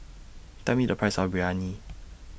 Tell Me The Price of Biryani